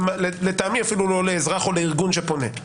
לטעמי אף לא לאזרח או לארגון שפונה.